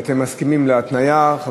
אתם מסכימים להתניה?